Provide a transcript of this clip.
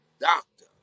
doctor